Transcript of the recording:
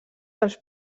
dels